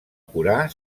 curar